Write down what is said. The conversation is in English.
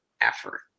effort